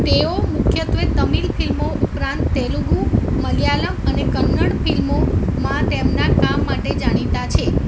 તેઓ મુખ્યત્ત્વે તમિલ ફિલ્મો ઉપરાંત તેલુગુ મલયાલમ અને કન્નડ ફિલ્મોમાં તેમના કામ માટે જાણીતા છે